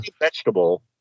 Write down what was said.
Vegetable